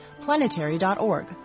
planetary.org